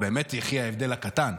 באמת יחי ההבדל הקטן.